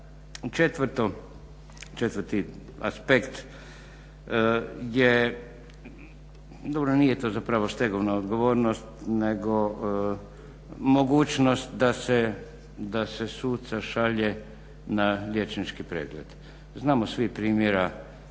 I 4.aspekt je dobro nije to zapravo stegovna odgovornost nego mogućnost da se suca šalje na liječnički pregled. Znamo svi primjera